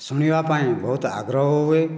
ଶୁଣିବା ପାଇଁ ବହୁତ ଆଗ୍ରହ ହୁଏ